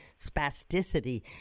spasticity